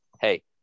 Hey